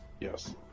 yes